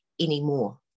anymore